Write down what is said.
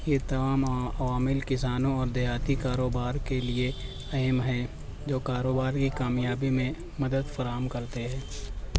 یہ تمام عوامل کسانوں اور دیہاتی کاروبار کے لیے اہم ہیں جو کاروبار کی کامیابی میں مدد فراہم کرتے ہیں